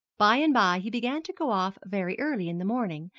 by and by he began to go off very early in the morning,